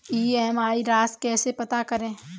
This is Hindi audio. ई.एम.आई राशि कैसे पता करें?